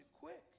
quick